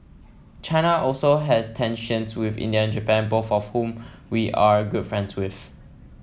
China also has tensions with India and Japan both of whom we are good friends with